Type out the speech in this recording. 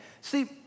See